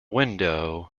window